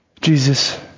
Jesus